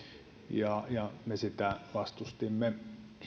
ja me sitä vastustimme